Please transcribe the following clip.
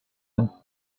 and